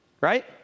right